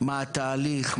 מה התהליך,